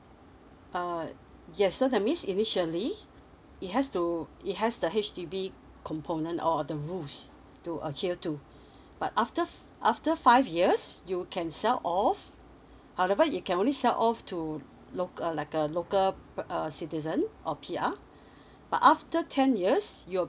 uh yes so that means initially it has to it has the H_D_B component or the rules to uh here too but after after five years you can sell off however you can only sell off to loc~ like a local uh citizen or P_R but after ten years you're